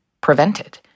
prevented